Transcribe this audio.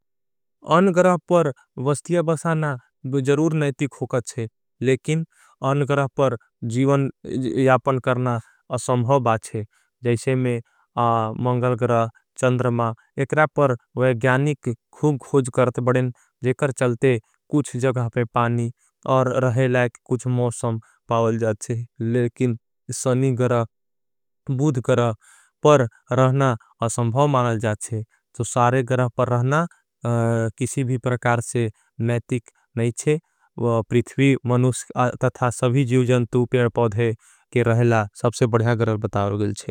अन गरह पर वस्तिय बसाना ज़रूर नेइटिक होकत है, लेकिन अन गरह पर जीवन यापन करना असंभव आच्छे। जैसे में मंगल गरह, चंडर मा एक रह पर वे ग्यानिक खुँ खुज करते बड़ें जेकर चलते कुछ जगह पर पानी और रहे लाई कुछ मौसम पावल जाच्छे। लेकिन सणी गरह, बुध गरह पर रहना असंभव मानल जाच्छे। तो सारे गरह पर रहना किसी भी परकार से मैतिक नहीं छे। प्रित्वी, मनुस तथा सभी जिव जन्तू, प्यार, पौधे के रहला सबसे बढ़िया गरह बताओरगिल छे।